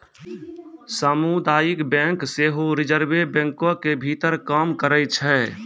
समुदायिक बैंक सेहो रिजर्वे बैंको के भीतर काम करै छै